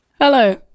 Hello